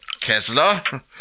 Kessler